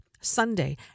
Sunday